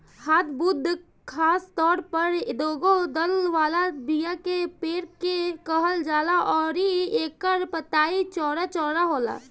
hardwood खासतौर पर दुगो दल वाला बीया के पेड़ के कहल जाला अउरी एकर पतई चौड़ा चौड़ा होला